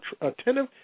attentive